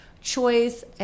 choice